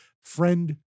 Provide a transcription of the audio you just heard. friend